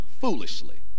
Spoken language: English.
foolishly